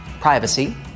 Privacy